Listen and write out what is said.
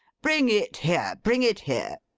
bring it here, bring it here.